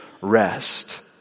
rest